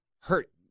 hurt